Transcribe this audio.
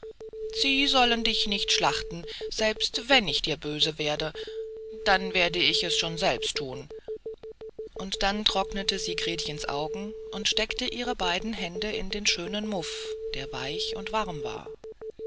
sie sollen dich nicht schlachten selbst wenn ich dir böse werde dann werde ich es schon selbst thun und dann trocknete sie gretchens augen und steckte ihre beiden hände in den schönen muff der weich und warm war